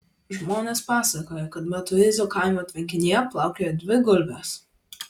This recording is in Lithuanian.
žmonės pasakojo kad matuizų kaimo tvenkinyje plaukiojo dvi gulbės